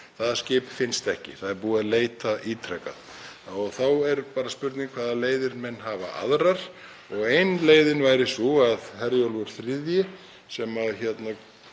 Það skip finnst ekki. Það er búið að leita ítrekað. Þá er bara spurning hvaða leiðir menn hafa aðrar. Ein leiðin væri sú að Herjólfur III, sem gagnaðist